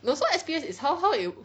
ya so S_P_S is how how you